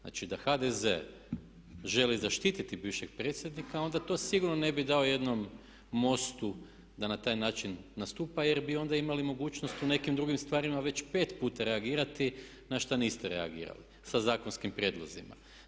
Znači da HDZ želi zaštititi bivšeg predsjednika onda to sigurno ne bi dao jednom MOST-u da na taj način nastupa jer bi onda imali mogućnost u nekim drugim stvarima već pet puta reagirati na što niste reagirali sa zakonskim prijedlozima.